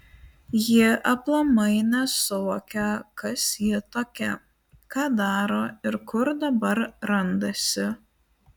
ji aplamai nesuvokia kas ji tokia ką daro ir kur dabar randasi